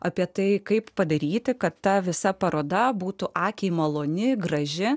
apie tai kaip padaryti kad ta visa paroda būtų akiai maloni graži